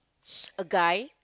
a guy